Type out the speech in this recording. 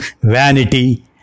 vanity